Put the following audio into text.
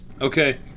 Okay